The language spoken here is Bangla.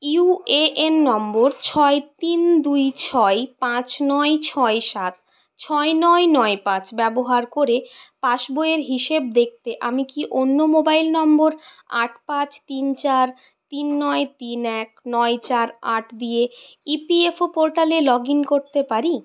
ইউএএন নম্বর ছয় তিন দুই ছয় পাঁচ নয় ছয় সাত ছয় নয় নয় পাঁচ ব্যবহার করে পাসবইয়ের হিসেব দেখতে আমি কি অন্য মোবাইল নম্বর আট পাঁচ তিন চার তিন নয় তিন এক নয় চার আট দিয়ে ইপিএফও পোর্টালে লগ ইন করতে পারি